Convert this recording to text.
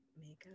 makeup